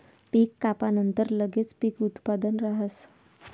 पीक कापानंतर लगेच पीक उत्पादन राहस